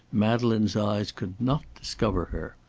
madeleine's eyes could not discover her.